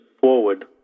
forward